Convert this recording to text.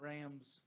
Rams